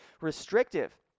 restrictive